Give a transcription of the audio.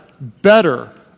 better